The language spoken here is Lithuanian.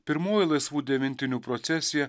pirmoji laisvų devintinių procesija